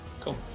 Cool